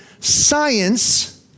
science